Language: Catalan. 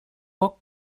poc